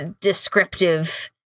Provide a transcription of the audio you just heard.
descriptive